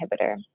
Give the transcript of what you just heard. inhibitor